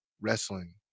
wrestling